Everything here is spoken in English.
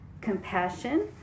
compassion